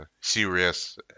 serious